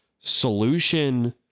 solution